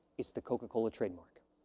it's the coca-cola trademark.